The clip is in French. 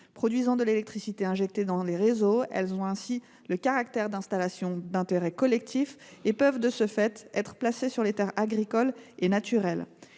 Produisant de l’électricité injectée dans les réseaux, les installations photovoltaïques ont ainsi le caractère d’installations d’intérêt collectif et peuvent de ce fait être placées sur les terres agricoles et naturelles.